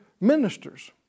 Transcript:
ministers